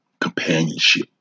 companionship